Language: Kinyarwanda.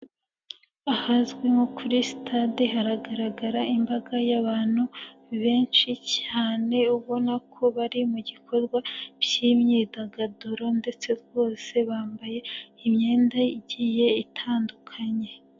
Ahazwi nko kuri sitade haragaragara imbaga y'abantu benshi cyane ubona ko bari mu gikorwa cy'imyidagaduro ndetse rwose bambaye imyenda igiye itandukanye.